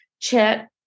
chat